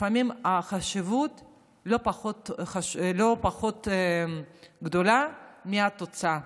לפעמים חשיבות לא פחות גדולה מהתוצאה.